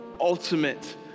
ultimate